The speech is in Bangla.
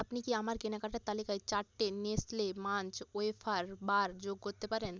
আপনি কি আমার কেনাকাটার তালিকায় চারটে নেসলে মাঞ্চ ওয়েফার বার যোগ করতে পারেন